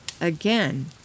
Again